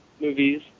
movies